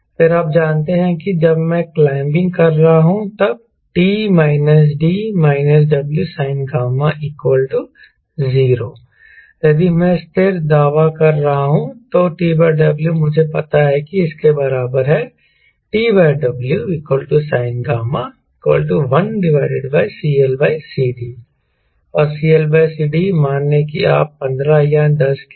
फिर आप जानते हैं कि जब मैं क्लाइम्बिंग कर रहा हूं तब T − D − Wsinγ 0 यदि मैं स्थिर दावा कर रहा हूं तो TW मुझे पता है कि इसके बराबर है TW siny 1CLCD और CLCD मान लें कि आप 15 या 10 के आसपास हैं